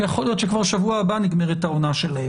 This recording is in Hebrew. שיכול להיות שכבר בשבוע הבא נגמרת העונה שלהם,